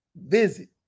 visit